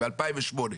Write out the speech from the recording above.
ב-2008,